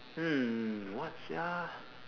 hmm what sia